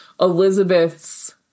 Elizabeth's